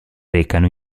recano